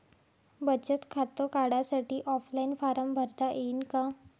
बचत खातं काढासाठी ऑफलाईन फारम भरता येईन का?